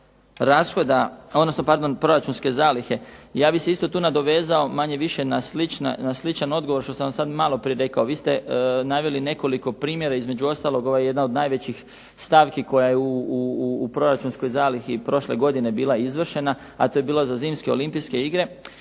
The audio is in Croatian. proračunske zalihe, ja bih se isto tu nadovezao manje više na sličan odgovor što sam vam malo prije rekao. Vi ste naveli nekoliko primjera. Između ostalog ovo je jedna od najvećih stavki koja je u proračunskoj zalihi prošle godine bila izvršena a to je bilo za Zimske olimpijske igre.